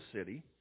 city